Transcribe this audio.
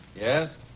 Yes